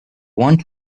want